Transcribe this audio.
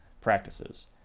practices